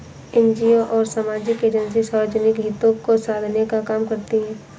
NGO और सामाजिक agency सार्वजनिक हितों को साधने का काम करती हैं